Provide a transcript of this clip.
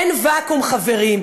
אין ואקום, חברים.